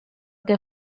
que